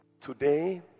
today